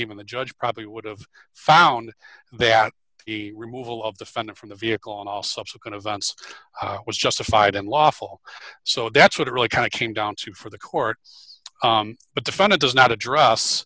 even the judge probably would have found that the removal of the fender from the vehicle and all subsequent events was justified and lawful so that's what it really kind of came down to for the court but the fun it does not address